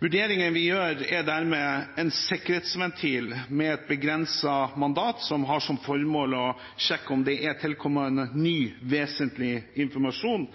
vi gjør, er dermed en sikkerhetsventil med et begrenset mandat som har som formål å sjekke om det er tilkommet ny, vesentlig informasjon